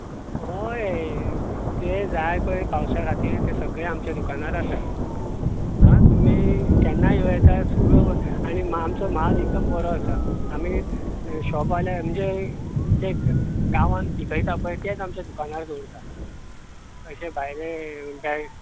होय जें जाय पय पावसा खातीर तें सगळें आमच्या दुकानार आसा आं तुमी केन्ना येवूं येता आनी आमचो म्हाल एकदम बरो आसा आमी शोपवाले म्हणजे जे गांवांत पिकयता पळय तेंच आमचे दुकानार दवरता अशें भायलें